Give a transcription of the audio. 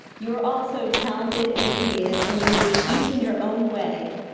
you are all so talented and creative and unique, each in your own way,